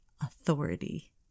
authority